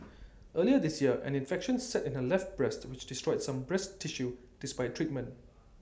early this year an infection set in her left breast which destroyed some breast tissue despite treatment